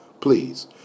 Please